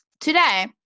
today